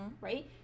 Right